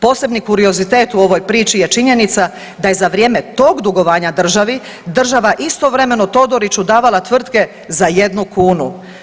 Posebni kuriozitet u ovoj priči je činjenica je za vrijeme tog dugovanja državi, država istovremeno Todoriću davala tvrtke za 1 kunu.